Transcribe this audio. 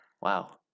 Wow